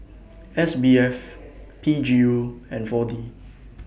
S B F P G U and four D